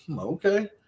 Okay